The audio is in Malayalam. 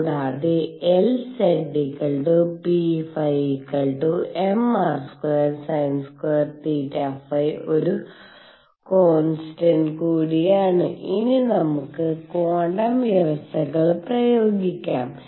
കൂടാതെ LzPᵩmr²sin²θφ ഒരു കോൺസ്റ്റന്റ് കൂടിയാണ് ഇനി നമുക്ക് ക്വാണ്ടം വ്യവസ്ഥകൾ പ്രയോഗിക്കാം